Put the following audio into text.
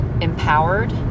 empowered